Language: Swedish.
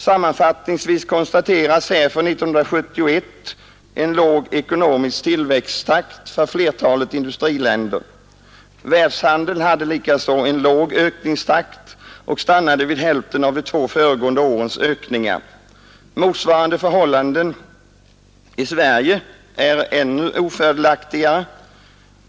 Sammanfattningsvis konstateras här för 1971 en låg ekonomisk tillväxttakt för flertalet industriländer. Världshandeln hade likaså en låg ökningstakt och stannade vid hälften av de två föregående årens ökningar. Motsvarande förhållanden i Sverige är ännu ofördelaktigare.